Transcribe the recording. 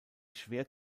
schwer